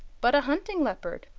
but a hunting-leopard.